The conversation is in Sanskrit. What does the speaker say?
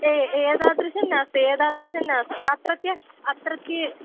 ए एतादृशं नास्ति एतादृशं नास्ति अत्रत्य अत्रत्य